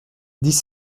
dix